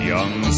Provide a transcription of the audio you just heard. Young